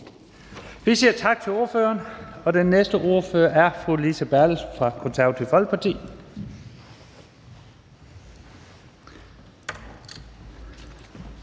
Vi siger tak til ordføreren. Den næste ordfører er fru Lise Bertelsen fra Det Konservative Folkeparti.